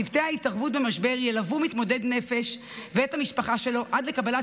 צוותי ההתערבות במשבר ילוו מתמודד נפש ואת המשפחה שלו עד לקבלת